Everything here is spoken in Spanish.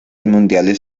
mundiales